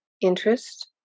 Interest